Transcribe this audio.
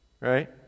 right